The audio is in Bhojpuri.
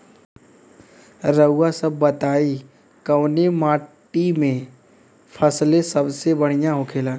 रउआ सभ बताई कवने माटी में फसले सबसे बढ़ियां होखेला?